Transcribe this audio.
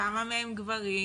כמה מהם גברים,